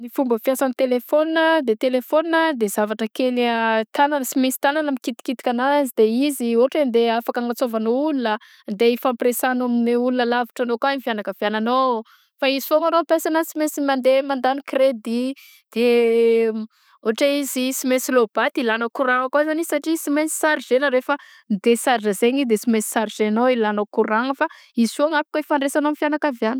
Fomba fiasan'ny telephone a, de telephone de zavatra kely a tagnana, tsy maintsy tagnana mikitikitika ananzy de izy ôhatra hoe ndeha afaka anantsôvagna olona, andeha ifampiresahagna amign'ny olona lavitra anao akany fiagnakavianao fa izy foagna rô ampesagna ananzy sy maintsy mandeha mandany credit de ôhatra hoe izy sy mainsy lôbaty ilagna courant kô zany izy satria izy sy mainsy chargena rehefa midecharge zaigny izy de sy mainsy chargenao ilanao courant-gna fa izy foagna afaka ifandraisanao amin'ny fiagnakaviana.